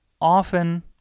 often